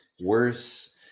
worse